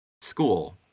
school